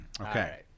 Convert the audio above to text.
Okay